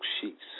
sheets